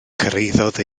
cyrhaeddodd